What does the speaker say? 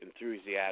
enthusiastic